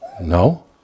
No